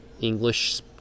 English